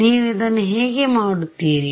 ನೀವು ಇದನ್ನು ಹೇಗೆ ಮಾಡುತ್ತೀರಿ